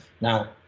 now